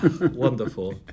Wonderful